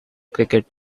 cricket